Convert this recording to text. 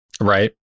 right